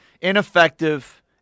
ineffective